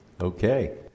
Okay